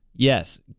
Yes